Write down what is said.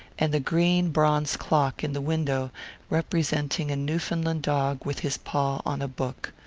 and the green bronze clock in the window representing a newfoundland dog with his paw on a book.